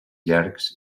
llargs